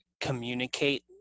communicate